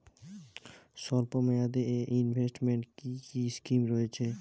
স্বল্পমেয়াদে এ ইনভেস্টমেন্ট কি কী স্কীম রয়েছে?